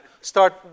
start